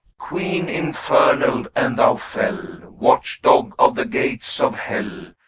queen infernal, and thou fell watch-dog of the gates of hell,